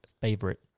favorite